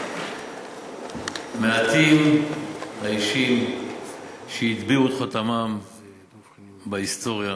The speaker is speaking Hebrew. מעטים האישים שהטביעו את חותמם בהיסטוריה